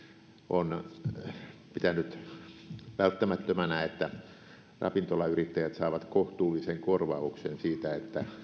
on pitänyt välttämättömänä että ravintolayrittäjät saavat kohtuullisen korvauksen siitä